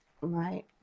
right